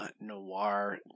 noir